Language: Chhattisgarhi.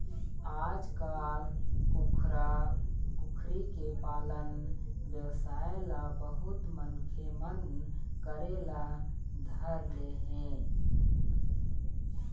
आजकाल कुकरा, कुकरी के पालन बेवसाय ल बहुत मनखे मन करे ल धर ले हे